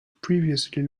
previously